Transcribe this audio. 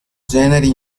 generi